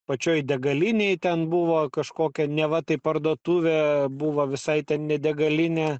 pačioj degalinėj ten buvo kažkokia neva tai parduotuvė buvo visai ten ne degalinė